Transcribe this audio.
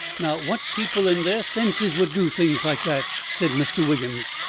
now, what people in their senses would do things like that? said mr. wiggins.